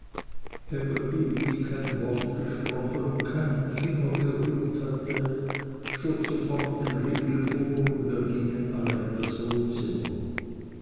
die kein wort gesprochen und keinen finger gerührt hatte schob sofort die riegel vor und wir gingen alle in das wohnzimmer